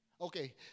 okay